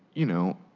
you know.